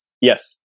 Yes